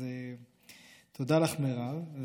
אז תודה לך, מירב.